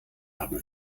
haben